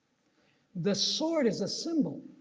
the sword is a symbol.